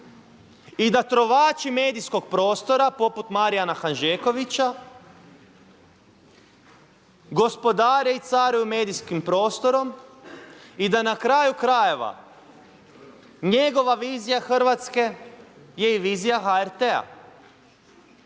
i da trovači medijskog prostora poput Marijana Hanžekovića gospodare i caruju medijskim prostorom i da na kraju krajeva njegova vizija Hrvatske je i vizija HRT-a?